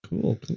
cool